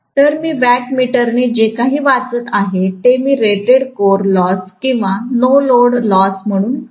तर मी वॅट मीटरने जे काही वाचत आहेते मी रेटेड कोर लॉस किंवा नो लोड लॉस म्हणून कॉल करेन